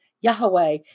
Yahweh